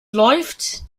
läuft